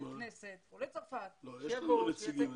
יש לנו נציגים.